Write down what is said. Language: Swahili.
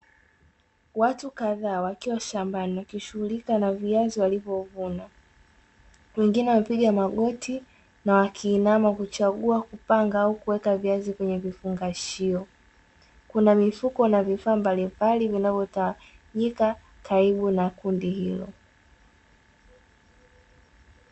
Watu kadhaa wakiwa shambani wakishughilika na viazi walivyovuna, wengine wamepiga magoti na wakiinama kuchagua au kupanga au kuweka viazi kwenye vifungashio, kuna mifuko na vifaa mbalimbali vinavyohitajika karibu na kundi hilo.